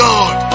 God